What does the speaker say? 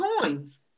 coins